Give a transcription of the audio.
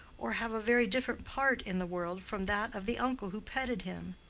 or have a very different part in the world from that of the uncle who petted him.